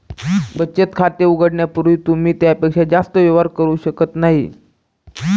बचत खाते उघडण्यापूर्वी तुम्ही त्यापेक्षा जास्त व्यवहार करू शकत नाही